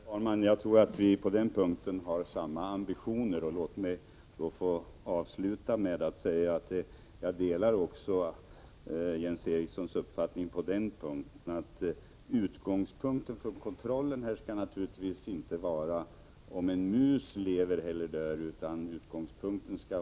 Herr talman! Jag tror att vi på den punkten har samma ambitioner. Låt mig avsluta med att säga att jag delar Jens Erikssons uppfattning även i så måtto att jag anser att utgångspunkten för kontrollen naturligtvis inte skall vara om en mus lever eller dör.